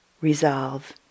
resolve